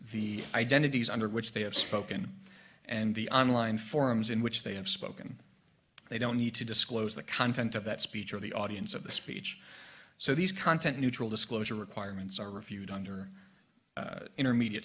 the identities under which they have spoken and the online forums in which they have spoken they don't need to disclose the content of that speech or the audience of the speech so these content neutral disclosure requirements are reviewed under intermediate